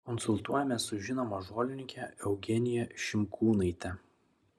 konsultuojamės su žinoma žolininke eugenija šimkūnaite